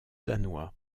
danois